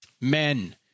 Men